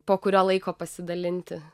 po kurio laiko pasidalinti